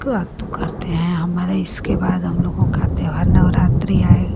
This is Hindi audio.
क्रत्व करते हैं हमारा इसके बाद हम लोगों का त्योहार नौरात्रि आए